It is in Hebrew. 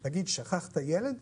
תגיד, שכחת ילד?